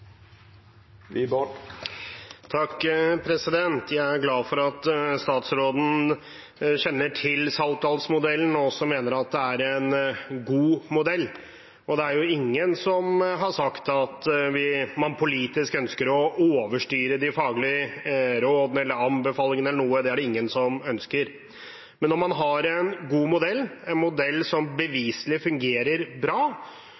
at statsråden kjenner til Saltdalsmodellen og også mener at det er en god modell. Det er jo ingen som har sagt at man politisk ønsker å overstyre de faglige rådene eller anbefalingene eller noe, det er det ingen som ønsker. Men når man har en god modell, en modell som bevislig fungerer bra,